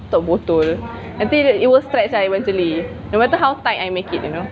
taruk botol tapi it will stretch ah eventually no matter how tight I make it you know